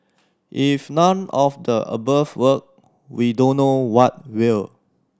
if none of the above work we don't know what will